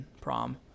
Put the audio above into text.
prom